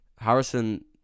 Harrison